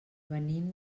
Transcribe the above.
venim